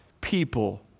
people